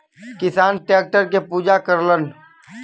किसान टैक्टर के पूजा करलन